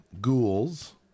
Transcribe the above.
ghouls